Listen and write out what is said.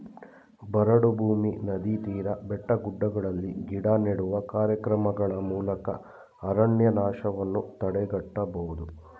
ಬರಡು ಭೂಮಿ, ನದಿ ತೀರ, ಬೆಟ್ಟಗುಡ್ಡಗಳಲ್ಲಿ ಗಿಡ ನೆಡುವ ಕಾರ್ಯಕ್ರಮಗಳ ಮೂಲಕ ಅರಣ್ಯನಾಶವನ್ನು ತಡೆಗಟ್ಟಬೋದು